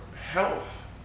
health